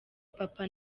papa